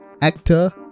actor